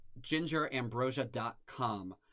gingerambrosia.com